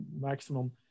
maximum